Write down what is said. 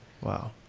Wow